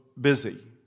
busy